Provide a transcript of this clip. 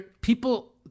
people